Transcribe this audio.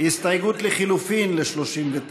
הסתייגות לחלופין ל-39.